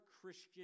Christian